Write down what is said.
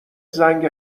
زنگ